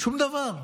שום דבר.